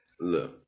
Look